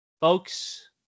Folks